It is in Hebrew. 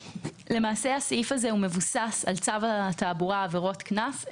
הסעיף הזה מבוסס על צו התעבורה עבירות קנס.